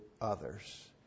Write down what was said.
others